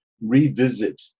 revisit